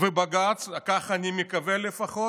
ובג"ץ, כך אני מקווה לפחות,